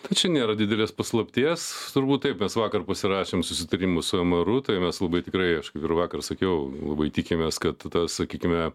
tai čia nėra didelės paslapties turbūt taip mes vakar pasirašėm susitarimus su mru tai mes labai tikrai aš kaip ir vakar sakiau labai tikimės kad sakykime